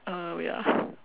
uh wait ah